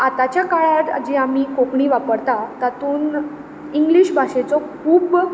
आतांच्या काळार जी आमी कोंकणी वापरता तातून इंग्लीश भाशेचो खूब